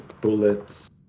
Bullets